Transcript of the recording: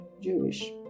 Jewish